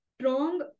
strong